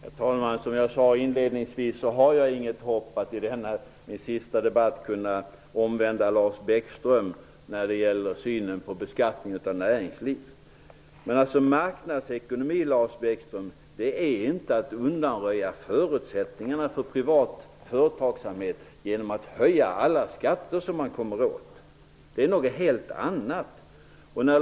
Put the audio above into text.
Herr talman! Som jag sade inledningsvis har jag inget hopp om att i min sista debatt kunna omvända Lars Bäckström när det gäller synen på beskattning av näringslivet. Marknadsekonomi, Lars Bäckström, innebär inte att man undanröjer förutsättningarna för privat företagsamhet genom att höja alla skatter som man kommer åt. Det är något helt annat.